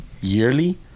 yearly